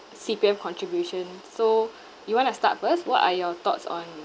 C_P_F contribution so you want to start first what are your thoughts on